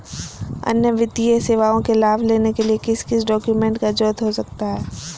अन्य वित्तीय सेवाओं के लाभ लेने के लिए किस किस डॉक्यूमेंट का जरूरत हो सकता है?